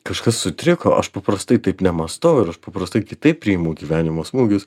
kažkas sutriko aš paprastai taip nemąstau ir aš paprastai kitaip priimu gyvenimo smūgius